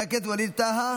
חברת הכנסת ווליד טאהא,